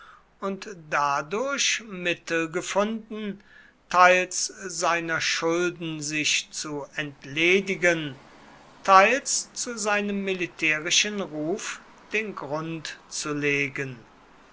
und dadurch mittel gefunden teils seiner schulden sich zu entledigen teils zu seinem militärischen ruf den grund zu legen